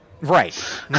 Right